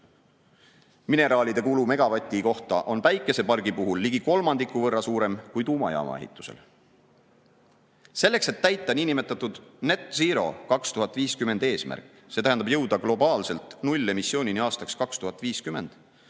Mineraalide kulu megavati kohta on päikesepargi puhul ligi kolmandiku võrra suurem kui tuumajaama ehitusel. Selleks, et täita niinimetatudnet‑zero2050 eesmärki, see tähendab jõuda globaalselt nullemissioonini aastaks 2050,